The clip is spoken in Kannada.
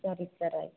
ಸರಿ ಸರ್ ಆಯಿತು